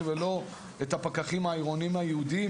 ולא את הפקחים העירוניים הייעודיים,